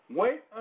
wait